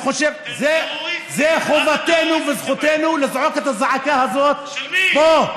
זו חובתנו וזכותנו לזעוק את הזעקה הזאת, של מי?